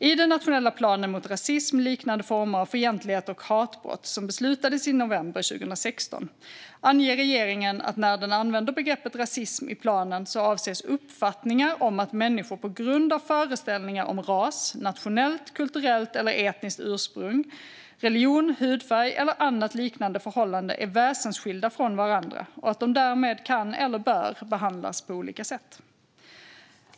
I den nationella planen mot rasism, liknande former av fientlighet och hatbrott, som beslutades i november 2016, anger regeringen att när den använder begreppet rasism i planen avses uppfattningar om att människor på grund av föreställningar om ras, nationellt, kulturellt eller etniskt ursprung, religion, hudfärg eller annat liknande förhållande är väsensskilda från varandra och att de därmed kan eller bör behandlas på olika sätt.